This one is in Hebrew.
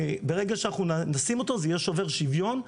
ברגע שאנחנו נשים אותו, זה יהיה שובר שוויון.